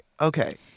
okay